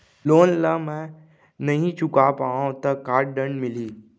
Loan ला मैं नही चुका पाहव त का दण्ड मिलही?